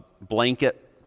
blanket